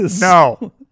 No